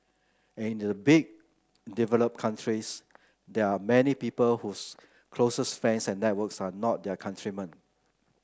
and in the big developed countries there are many people whose closest friends and networks are not their countrymen